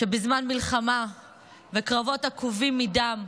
שבזמן מלחמה וקרבות עקובים מדם,